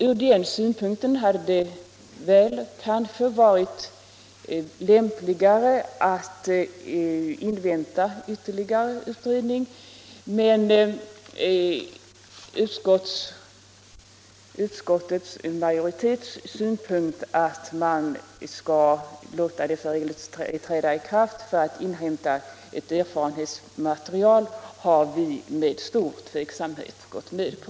Från den synpunkten hade det kanske varit lämpligare att invänta ytterligare utredning. Utskottsmajoritetens synpunkt att man skall låta dessa regler träda i kraft för att inhämta ett erfarenhetsmaterial har vi med stor tveksamhet gått med på.